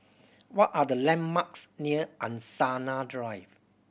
what are the landmarks near Angsana Drive